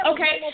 Okay